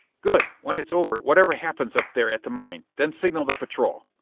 good! when it's over, whatever happens up there at the mine, then signal the patrol.